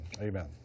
Amen